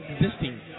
existing